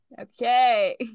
Okay